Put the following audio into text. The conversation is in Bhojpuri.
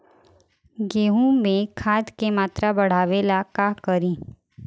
गेहूं में खाद के मात्रा बढ़ावेला का करी?